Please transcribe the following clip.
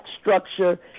structure